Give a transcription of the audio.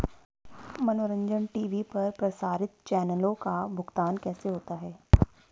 मनोरंजन टी.वी पर प्रसारित चैनलों का भुगतान कैसे होता है?